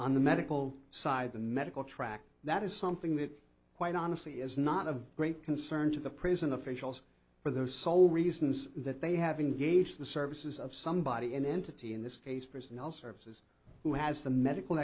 on the medical side the medical track that is something that quite honestly is not of great concern to the prison officials for those sole reasons that they have engaged the services of somebody an entity in this case personnel services who has the medical